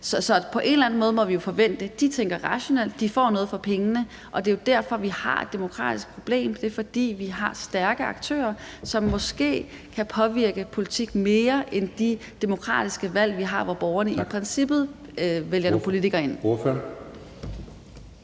Så på en eller anden måde må vi jo forvente, at de tænker rationelt, de får noget for pengene, og det er jo derfor, vi har et demokratisk problem, det er, fordi vi har stærke aktører, som måske kan påvirke politik mere end de demokratiske valg, vi har, hvor borgerne i princippet vælger nogle politikere ind.